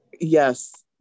Yes